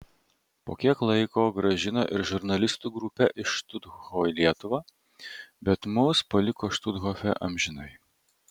po kiek laiko grąžino ir žurnalistų grupę iš štuthofo į lietuvą bet mus paliko štuthofe amžinai